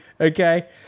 Okay